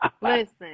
Listen